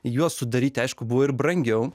juos sudaryti aišku buvo ir brangiau